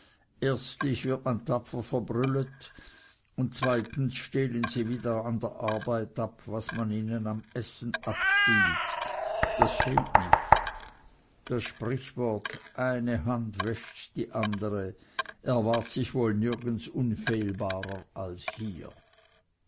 erstlich wird man tapfer verbrüllet und zweitens stehlen sie wieder an der arbeit ab was man ihnen am essen abstiehlt das fehlt nicht das sprüchwort eine hand wäscht die andere erwahrt sich wohl nirgends unfehlbarer als hier